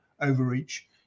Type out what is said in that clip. overreach